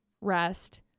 rest